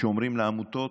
שאומרים לעמותות: